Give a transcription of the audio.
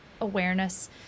awareness